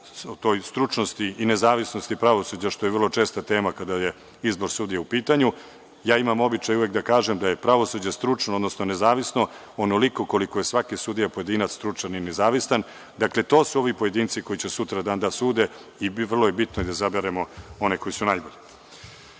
o toj stručnosti i nezavisnosti pravosuđa, što je vrlo česta tema kada je izbor sudija u pitanju, ja imam običaj uvek da kažem da je pravosuđe stručno odnosno nezavisno onoliko koliko je svaki sudija pojedinac stručan i nezavistan. Dakle, to su oni pojedinci koji će sutra da sude i vrlo je bitno da izaberemo one koji su najbolji. Sve